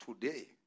Today